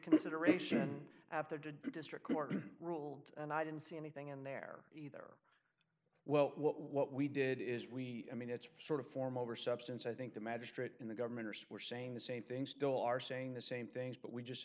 reconsideration after de district court ruled and i didn't see anything in there either well what we did is we mean it's sort of form over substance i think the magistrate and the government are saying the same things still are saying the same things but we just